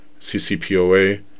CCPOA